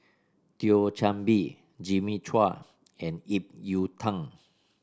Thio Chan Bee Jimmy Chua and Ip Yiu Tung